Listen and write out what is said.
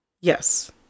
Yes